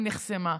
היא נחסמה.